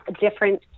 different